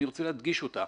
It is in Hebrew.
אני רוצה להדגיש אותה.